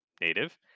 native